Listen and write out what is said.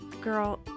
girl